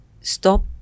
stop